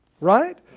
right